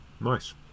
Nice